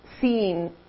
seeing